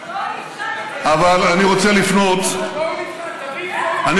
בואו נבחן את זה במציאות.